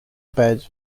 bed